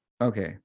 Okay